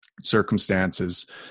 circumstances